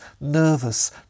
nervous